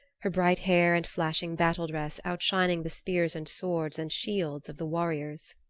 her bright hair and flashing battle-dress outshining the spears and swords and shields of the warriors.